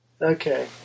Okay